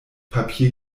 papier